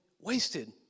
Wasted